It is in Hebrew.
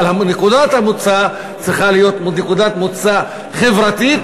אבל נקודת המוצא צריכה להיות נקודת מוצא חברתית